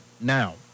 now